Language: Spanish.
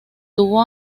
tuvo